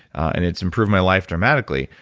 and it's improved my life dramatically.